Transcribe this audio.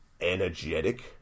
energetic